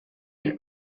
elle